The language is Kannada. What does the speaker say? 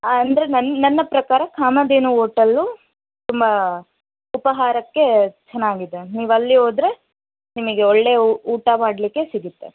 ಅಂದರೆ ನನ್ ನನ್ನ ಪ್ರಕಾರ ಕಾಮಧೇನು ಹೋಟೆಲ್ ತುಂಬ ಉಪಹಾರಕ್ಕೆ ಚೆನ್ನಾಗಿದೆ ನೀವು ಅಲ್ಲಿ ಹೋದರೆ ನಿಮಗೆ ಒಳ್ಳೆ ಊಟ ಮಾಡಲಿಕ್ಕೆ ಸಿಗುತ್ತೆ